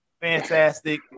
fantastic